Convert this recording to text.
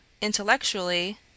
intellectually